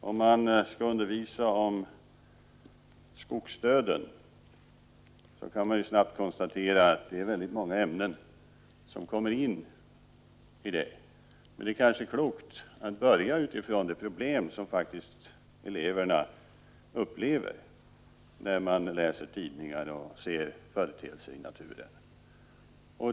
Om man skall undervisa om skogsdöden, så kan man snabbt konstatera att det är många ämnen som kommer in i bilden. Det är kanske klokt att börja utifrån de problem som eleverna faktiskt upplever när de läser tidningarna och ser företeelser i naturen.